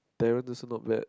Daren also not bad